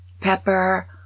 pepper